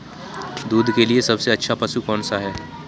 दूध के लिए सबसे अच्छा पशु कौनसा है?